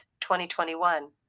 2021